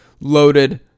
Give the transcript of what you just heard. loaded